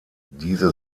diese